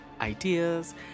ideas